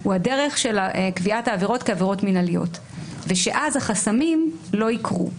היא הדרך של קביעת העבירות כעבירות מנהליות ושאז החסמים לא יקרו.